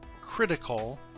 critical